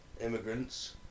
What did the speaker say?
immigrants